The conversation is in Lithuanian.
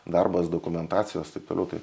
darbas dokumentacijos taip toliau tai